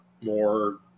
more